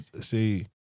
see